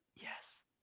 Yes